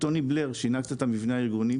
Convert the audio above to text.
וטוני בלייר שינה קצת את המבנה הארגוני